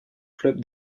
club